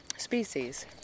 species